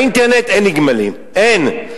מהאינטרנט אין נגמלים, אין.